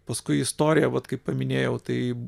paskui istoriją vat kaip paminėjau tai